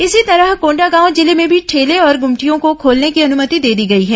इसी तरह कोंडागांव जिले में मी ठेले और गमटियों को खोलने की अनुमति दे दी गई है